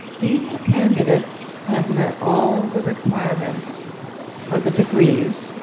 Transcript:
these candidates have met all the requirements for the degrees.